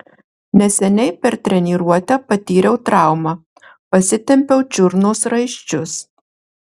neseniai per treniruotę patyriau traumą pasitempiau čiurnos raiščius